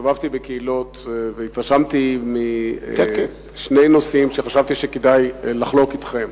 הסתובבתי בקהילות והתרשמתי משני נושאים וחשבתי שכדאי לחלוק זאת אתכם.